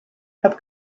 have